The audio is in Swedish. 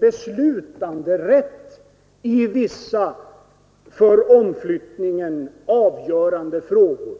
beslutanderätt i vissa för omflyttningen avgörande frågor.